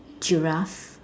giraffe